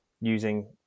using